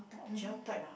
gel type lah